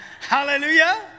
Hallelujah